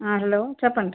hello చెప్పండి